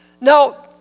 Now